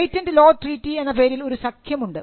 patent law treaty എന്ന പേരിൽ ഒരു സഖ്യം ഉണ്ട്